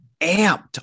amped